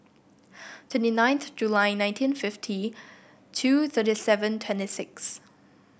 twenty ninth July nineteen fifty two thirty seven twenty six